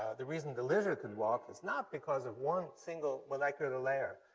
the reason the lizard can walk, it's not because of one single molecular layer,